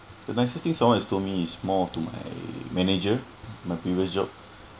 the nicest thing someone has told me is more of to my manager my previous job